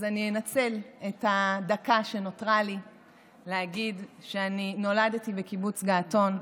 אז אני אנצל את הדקה שנותרה לי להגיד שאני נולדתי בקיבוץ געתון.